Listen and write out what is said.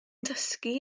dysgu